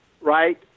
Right